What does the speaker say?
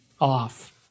off